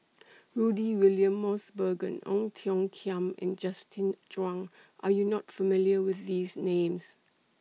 Rudy William Mosbergen Ong Tiong Khiam and Justin Zhuang Are YOU not familiar with These Names